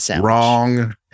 wrong